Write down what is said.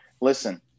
listen